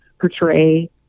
portray